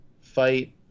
fight